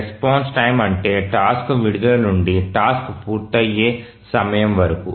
response time అంటే task విడుదల నుండి టాస్క్ పూర్తయ్యే సమయం వరకు